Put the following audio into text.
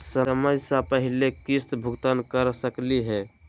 समय स पहले किस्त भुगतान कर सकली हे?